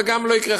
וגם לא יקרה,